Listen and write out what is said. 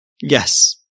Yes